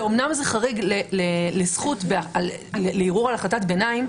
ואומנם זה חריג לערעור על החלטת ביניים,